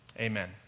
Amen